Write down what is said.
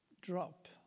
drop